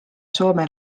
soome